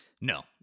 No